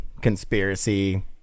conspiracy